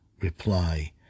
reply